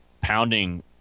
pounding